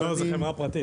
לא, זו חברה פרטית.